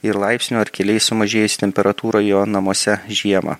ir laipsnio ar keliais sumažėjusi temperatūra jo namuose žiemą